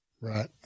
right